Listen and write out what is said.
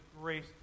grace